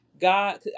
god